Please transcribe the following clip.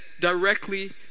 directly